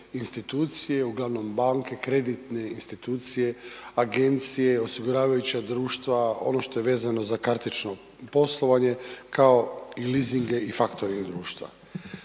institucije, uglavnom banke, kreditne institucije, agencije, osiguravajuća društva, ono što je vezano za kartično poslovanje kao i leasinge i faktore društva.